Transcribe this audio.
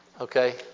Okay